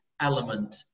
element